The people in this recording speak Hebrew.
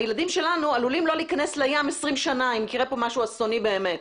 הילדים שלנו עלולים לא להיכנס לים 20 שנה אם יקרה פה משהו אסוני באמת.